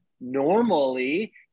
normally